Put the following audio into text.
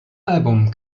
album